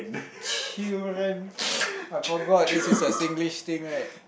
children I forgot this is a Singlish thing right